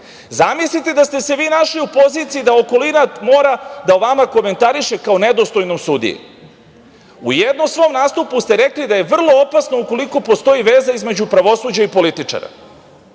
Zamislite da ste se vi našli u poziciji da okolina mora o vama da komentariše kao o nedostojnom sudiji.U jednom svom nastupu ste rekli da je vrlo opasno ukoliko postoji veza između pravosuđa i političara.